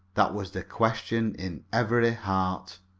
that was the question in every heart.